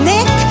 Nick